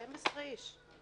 12 איש.